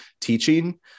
teaching